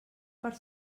per